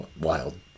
Wild